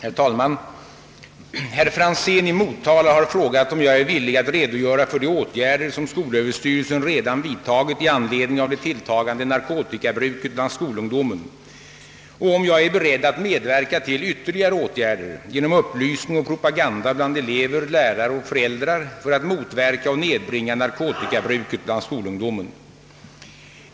Herr talman! Herr Franzén i Motala har frågat, om jag är villig att redogöra för de åtgärder som skolöverstyrelsen redan vidtagit i anledning av det tilltagande narkotikabruket bland skolungdomen och om jag är beredd att medverka till ytterligare åtgärder, genom upplysning och propaganda bland elever, lärare och föräldrar, för att motverka och nedbringa narkotikabruket bland skolungdomen.